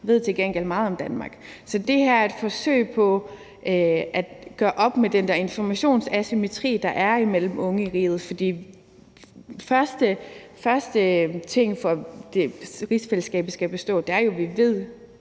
unge til gengæld ved meget om Danmark. Så det er et forsøg på at gøre op med den der informationsasymmetri, der er imellem unge i riget. For den første ting, for at rigsfællesskabet skal bestå, er jo, at vi ved